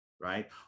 Right